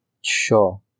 Sure